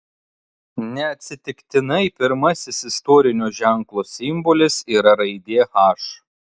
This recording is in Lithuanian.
neatsitiktinai pirmasis istorinio ženklo simbolis yra raidė h